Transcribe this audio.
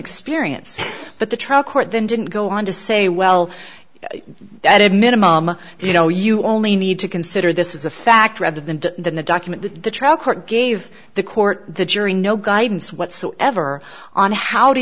experience but the trial court then didn't go on to say well at a minimum you know you only need to consider this is a fact rather than to the document that the trial court gave the court the jury no guidance whatsoever on how to